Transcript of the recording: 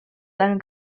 seinem